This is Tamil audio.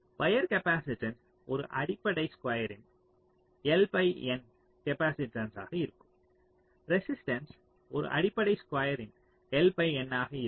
வயர் காப்பாசிட்டன்ஸ் ஒரு அடிப்படை ஸ்குயரின் L பை N காப்பாசிட்டன்ஸ் ஆக இருக்கும் ரெசிஸ்ட்டன்ஸ் ஒரு அடிப்படை ஸ்குயரின் L பை N ஆக இருக்கும்